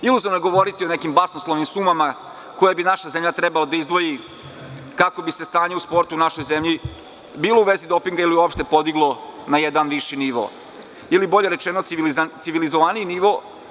Iluzorna je govoriti o nekim basnoslovnim sumama koje bi naša zemlja trebalo da izdvoji kako bi se stanje u sportu u našoj zemlji, bilo u vezi dopinga, ili uopšte, podiglo na jedan viši nivo, ili bolje rečeno na civilizovaniji nivo.